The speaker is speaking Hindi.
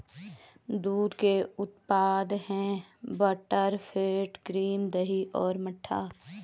दूध के उत्पाद हैं बटरफैट, क्रीम, दही और मट्ठा